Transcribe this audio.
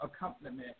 accompaniment